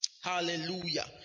Hallelujah